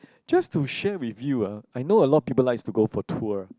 just to share with you ah I know a lot of people likes to go for tour